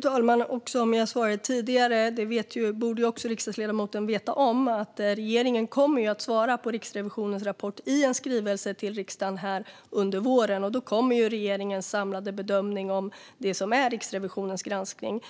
talman! Som jag svarade tidigare, och som även riksdagsledamoten borde veta om, kommer regeringen att svara på Riksrevisionens rapport i en skrivelse till riksdagen under våren. Då kommer regeringens samlade bedömning av Riksrevisionens granskning.